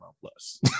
Plus